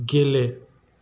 गेले